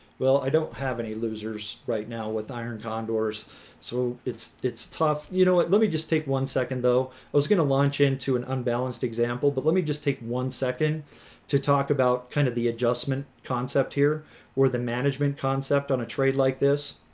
well i don't have any losers right now with iron condors so it's it's tough you know what let me just take one second though i was gonna launch into an unbalanced example but let me just take one second to talk about kind of the adjustment concept here or the management concept on a trade like this